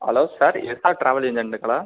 hello sir SR travel ஏஜென்ட்ங்களா